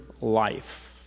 life